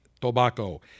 Tobacco